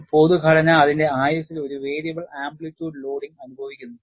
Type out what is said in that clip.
ഒരു പൊതുഘടന അതിന്റെ ആയുസ്സിൽ ഒരു വേരിയബിൾ ആംപ്ലിറ്റ്യൂഡ് ലോഡിംഗ് അനുഭവിക്കുന്നു